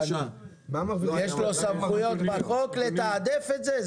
יש לו סמכויות בחוק לתעדף את זה?